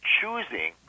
choosing